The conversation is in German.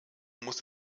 muss